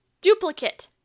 Duplicate